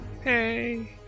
Hey